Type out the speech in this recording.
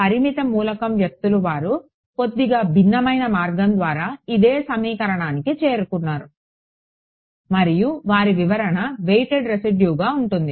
పరిమిత మూలకం వ్యక్తులు వారు కొద్దిగా భిన్నమైన మార్గం ద్వారా ఇదే సమీకరణానికి చేరుకున్నారు మరియు వారి వివరణ వెయిటెడ్ రెసిడ్యుగా ఉంటుంది